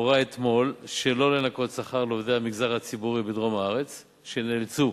הורה אתמול שלא לנכות שכר לעובדי המגזר הציבורי בדרום הארץ שנאלצו